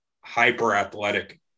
hyper-athletic